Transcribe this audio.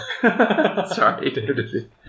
Sorry